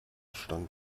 stand